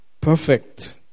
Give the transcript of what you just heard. perfect